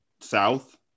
south